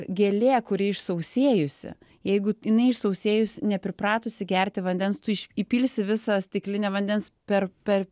gėlė kuri išsausėjusi jeigu jinai išsausėjus nepripratusi gerti vandens tu iš įpilsi visą stiklinę vandens per per